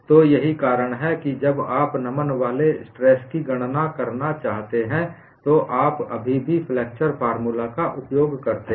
तो यही कारण है कि जब आप नमन वाले स्ट्रेस की गणना करना चाहते हैं तो आप अभी भी फ्लेक्स्चर फॉर्मूला का उपयोग करते हैं